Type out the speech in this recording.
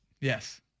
yes